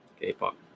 K-pop